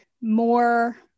more